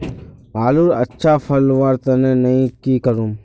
आलूर अच्छा फलवार तने नई की करूम?